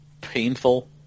painful